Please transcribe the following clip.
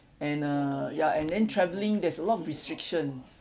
and err ya and then travelling there's a lot of restriction